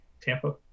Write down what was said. Tampa